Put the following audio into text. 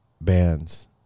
Bands